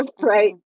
right